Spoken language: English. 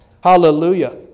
Hallelujah